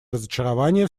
разочарование